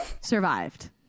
survived